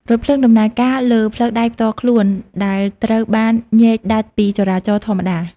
រថភ្លើងដំណើរការលើ ផ្លូវដែកផ្ទាល់ខ្លួន ដែលត្រូវបានញែកដាច់ពីចរាចរណ៍ធម្មតា។